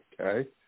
Okay